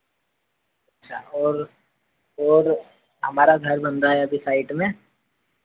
अच्छा और और हमारा घर बन रहा है अभी साइट में